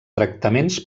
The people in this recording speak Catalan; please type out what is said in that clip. tractaments